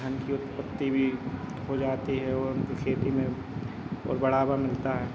धान की उत्पत्ति भी हो जाती है और उनको खेती में और बढ़ावा मिलता है